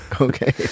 okay